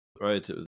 right